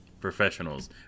professionals